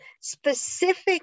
specific